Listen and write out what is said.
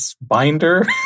binder